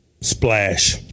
splash